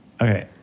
Okay